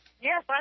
Yes